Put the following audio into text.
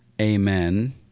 amen